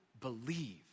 believe